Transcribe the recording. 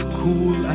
cool